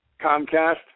Comcast